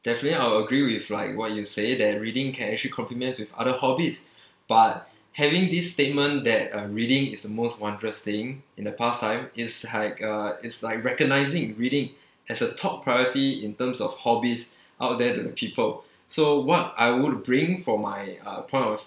definitely I'll agree with like what you say that reading can actually complements with other hobbies but having this statement that uh reading is the most wondrous thing in the pastime is like uh it's like recognising reading as a top priority in terms of hobbies out there to the people so what I would bring from my uh point of